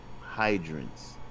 Hydrants